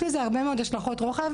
יש לזה הרבה מאוד השלכות רוחב,